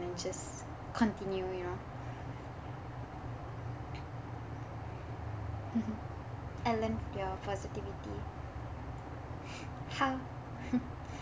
just continue you know I learn from your positivity how